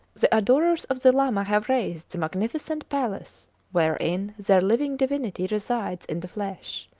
the adorers of the lama have raised the magnificent palace wherein their living divinity resides in the flesh.